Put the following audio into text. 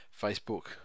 Facebook